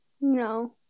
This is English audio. no